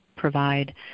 provide